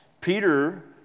Peter